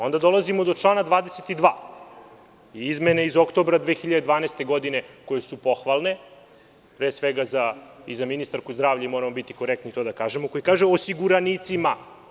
Onda dolazimo do člana 22. i izmene iz oktobra 2012. godine koje su pohvalne, pre svega i za ministarku zdravlja i moramo biti korektni to da kažemo, koje kažu – osiguranicima.